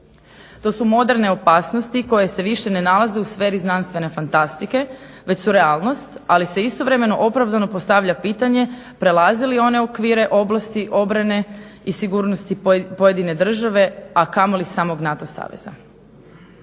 To su moderne opasnosti koje se više ne nalaze u sferi znanstvene fantastike već su realnost, ali se istovremeno opravdano postavlja pitanje, prelaze li one okvire oblasti obrane i sigurnosti pojedine države, a kamoli samog NATO saveza?